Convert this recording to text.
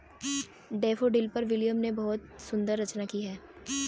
daffodil पर William ने बहुत ही सुंदर रचना की है